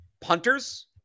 Punters